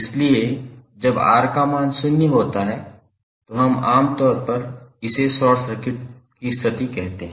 इसलिए जब R का मान शून्य होता है तो हम आम तौर पर इसे शॉर्ट सर्किट की स्थिति कहते हैं